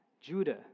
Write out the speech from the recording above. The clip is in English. Judah